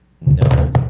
no